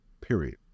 period